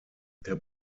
der